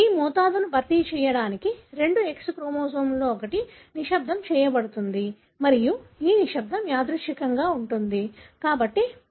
ఈ మోతాదును భర్తీ చేయడానికి రెండు X క్రోమోజోమ్లలో ఒకటి నిశ్శబ్దం చేయబడు తుంది మరియు ఈ నిశ్శబ్దం యాదృచ్ఛికంగా ఉంటుంది